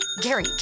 Gary